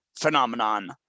phenomenon